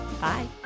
Bye